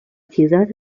ciudad